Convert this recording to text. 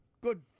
good